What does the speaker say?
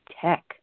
Tech